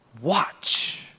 watch